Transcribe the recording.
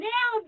Now